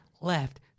left